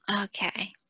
Okay